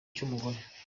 cy’umugore